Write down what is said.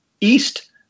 east